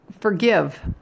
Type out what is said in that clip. forgive